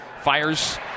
fires